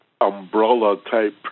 umbrella-type